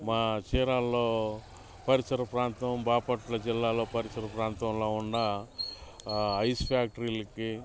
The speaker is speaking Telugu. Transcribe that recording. మా చీరాల్లో పరిసర ప్రాంతం బాపట్ల జిల్లాలో పరిసర ప్రాంతంలో ఉన్న ఐస్ ఫ్యాక్టరీలకి